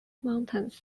mountains